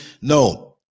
No